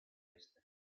esta